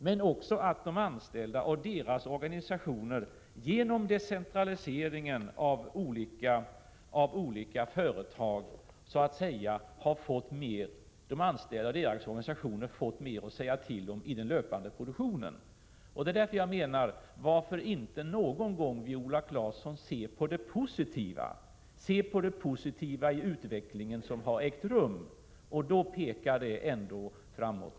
Men det beror också på att de anställda och deras organisationer genom decentralisering fått mer att säga till om i den löpande produktionen. Därför säger jag: Varför ser inte Viola Claesson någon gång på det positiva i den utveckling som ägt rum? Det pekar ändå framåt.